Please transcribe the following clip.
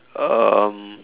um